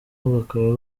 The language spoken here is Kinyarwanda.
bakaba